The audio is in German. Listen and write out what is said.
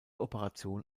operation